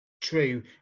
true